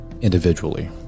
individually